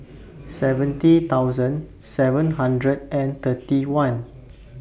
seventy thousand seven hundred and thirty one